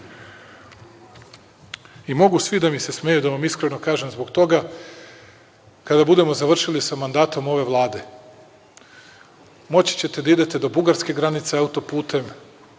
svi da mi se smeju da vam iskreno kažem zbog toga. Kada budemo završili sa mandatom ove Vlade moći ćete da idete do bugarske granice autoputem